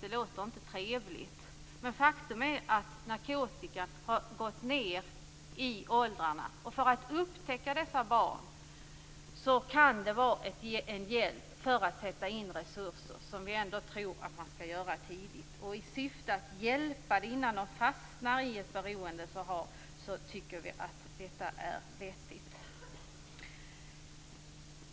Det låter inte trevligt. Men faktum är att narkotikabruket har gått ned i åldrarna. För att upptäcka dessa barn kan testen vara en hjälp för att kunna sätta in resurser tidigt. Syftet är att hjälpa dessa barn innan de fastnar i ett beroende. Det tycker vi är vettigt.